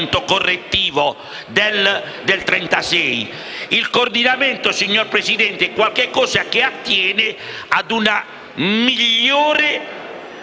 Il coordinamento, signor Presidente, è qualcosa che attiene a una migliore definizione